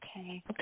Okay